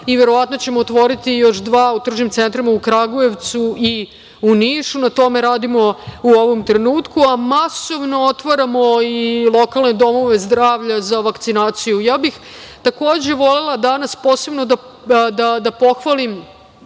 i verovatno ćemo otvoriti još dva u tržnim centrima u Kragujevcu i u Nišu. Na tome radimo u ovom trenutku, a masovno otvaramo i lokalne domove zdravlja za vakcinaciju. Volela bih danas posebno da pohvalim